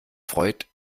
freud